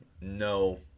No